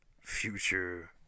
future